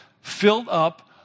filled-up